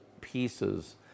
pieces